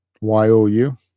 Y-O-U